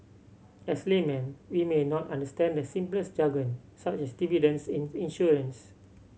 as laymen we may not understand the simplest jargon such as dividends in the insurance